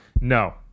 No